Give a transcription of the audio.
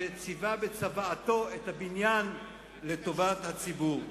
שציווה בצוואתו את הבניין לטובת הציבור.